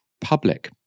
public